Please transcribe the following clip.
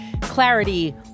clarity